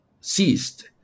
ceased